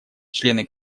члены